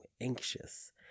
anxious